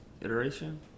iteration